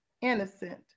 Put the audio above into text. innocent